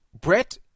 Brett